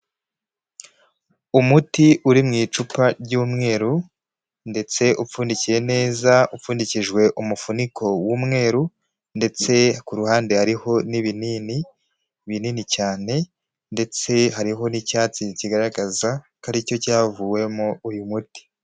Umuti uri mu icupa ry'umweru ndetse upfundikiye neza, upfundikijwe umufuniko w'umweru ndetse ku ruhande hariho n'ibinini binini cyane ndetse hariho n'icyatsi kigaragaza ko aricyo cyavuyemo uyu muti.